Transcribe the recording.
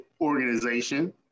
organization